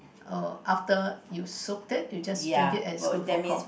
oh after you soaked you just drink it and it's good for cough